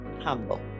Humble